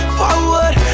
forward